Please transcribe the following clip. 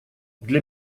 для